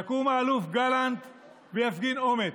יקום האלוף גלנט ויפגין אומץ.